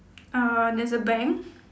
uh there's a bank